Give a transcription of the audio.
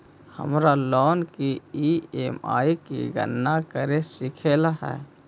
हमारा लोन की ई.एम.आई की गणना करे सीखे ला हई